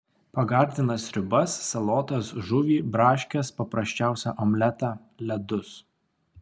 pagardina sriubas salotas žuvį braškes paprasčiausią omletą ledus